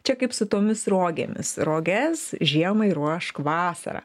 čia kaip su tomis rogėmis roges žiemai ruošk vasarą